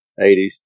80s